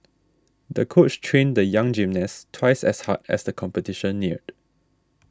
the coach trained the young gymnast twice as hard as the competition neared